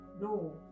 no